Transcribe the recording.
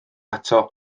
ato